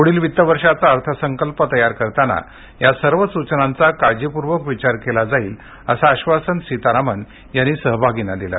पुढील वित्त वर्षाचा अर्थसंकल्प तयार करताना या सर्व सूचनांचा काळजीपूर्वक विचार केला जाईल असं आश्वासन सीतारामन यांनी सहभागींना दिलं